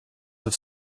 have